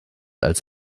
als